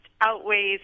outweighs